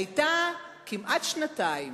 היתה כמעט שנתיים